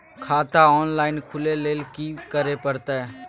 खाता ऑनलाइन खुले ल की करे परतै?